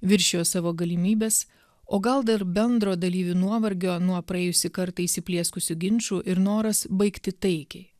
viršijo savo galimybes o gal dar bendro dalyvių nuovargio nuo praėjusį kartą įsiplieskusių ginčų ir noras baigti taikiai